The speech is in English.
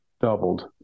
doubled